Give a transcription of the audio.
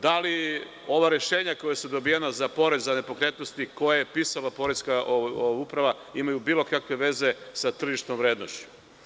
Da li ova rešenja koja su dobijena za porez za nepokretnosti, koja je pisala poreska uprava, imaju bilo kakve veze sa tržišnom vrednošću?